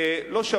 למרות המצב,